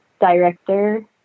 director